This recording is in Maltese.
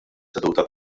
seduta